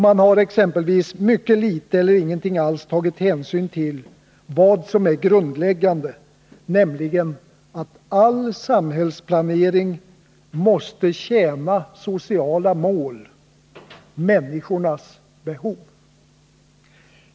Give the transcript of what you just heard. Det har exempelvis mycket litet eller inte alls tagits hänsyn till vad som är grundläggande, nämligen att all samhällsplanering måste tjäna sociala mål — människornas behov.